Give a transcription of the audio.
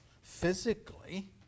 physically